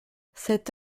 cette